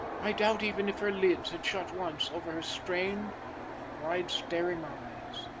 i doubt even if her lids had shut once over her strained and wide-staring eyes.